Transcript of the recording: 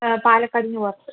പാലക്കാടിൽ നിന്ന് പുറത്ത്